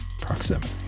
proximity